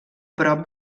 prop